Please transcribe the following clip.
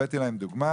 הבאתי להם דוגמה